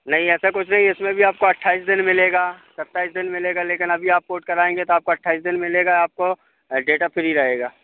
नहीं ऐसा कुछ नहीं है इसमें भी आपको अट्ठाइस दिन मिलेगा सत्ताइस दिन मिलेगा लेकिन अभी आप पोर्ट कराएँगे तो आपको अट्ठाइस दिन मिलेगा आपको डेटा फ्री रहेगा